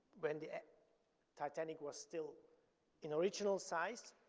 when the titanic was still in original size,